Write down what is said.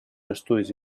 estudis